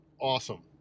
awesome